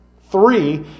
three